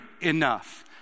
enough